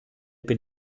bin